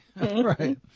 right